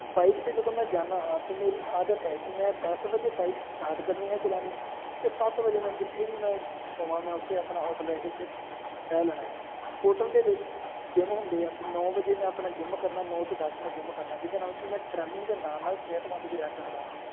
bike 'ਤੇ ਜਦੋਂ ਮੈਂ ਜਾਂਦਾ ਹਾਂ ਤਾਂ ਮੇਰੀ ਆਦਤ ਹੈ ਕਿ ਮੈਂ ਦਸ ਵਜੇ ਬਾਈਕ ਸਟਾਰਟ ਕਰਨੀ ਹੈ ਚਲਾਉਣੀ ਅਤੇ ਸੱਤ ਵਜੇ ਮੈਂ ਜਿੱਥੇ ਵੀ ਮੈਂ ਹੋਵਾਂ ਮੈਂ ਉੱਥੇ ਆਪਣਾ ਹੋਟਲ ਲੈ ਕੇ ਉੱਥੇ ਰਹਿ ਲੈਣਾ ਆ ਹੋਟਲ ਦੇ ਵਿੱਚ ਜਿੰਮ ਹੁੰਦੇ ਆ ਅਤੇ ਨੌ ਵਜੇ ਮੈਂ ਆਪਣਾ ਜਿੰਮ ਕਰਨਾ ਨੌ ਤੋਂ ਦਸ ਮੈਂ ਜਿੰਮ ਕਰਨਾ ਜਿਹਦੇ ਨਾਲ ਕਿ ਮੈਂ ਟਰੈਵਲਿੰਗ ਦੇ ਨਾਲ ਨਾਲ ਸਿਹਤਮੰਦ ਵੀ ਰਹਿ ਸਕਦਾ ਹਾਂ